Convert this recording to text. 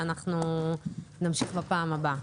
ואנחנו נמשיך בפעם הבאה.